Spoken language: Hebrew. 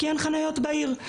כי אין חניות בעיר,